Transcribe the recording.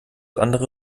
andere